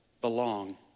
belong